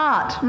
Art